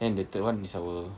then the third [one] is our